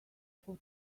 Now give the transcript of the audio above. for